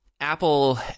Apple